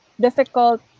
difficult